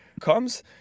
comes